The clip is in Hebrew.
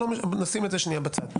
אבל נשים את זה שנייה בצד.